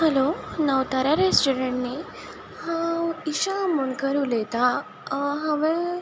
hello Navtara restaurant न्ही हांव इशा आमोणकर उलयतां हांवें